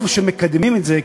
טוב שמקדמים את זה,